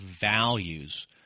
values